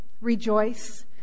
rejoice